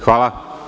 Hvala.